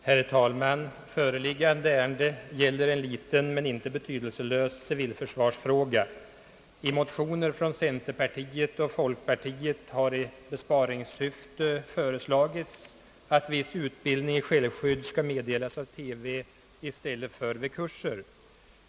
Herr talman! Föreliggande ärende gäller en liten men inte betydelselös civilförsvarsfråga. I motioner från centerpartiet och folkpartiet har i besparingssyfte föreslagits att viss utbildning i självskydd skall meddelas i TV i stället för vid kurser.